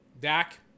Dak